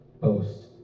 boast